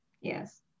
yes